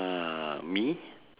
uh me